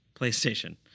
PlayStation